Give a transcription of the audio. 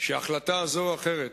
שהחלטה זו או אחרת,